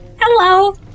Hello